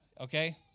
okay